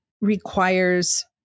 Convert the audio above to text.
requires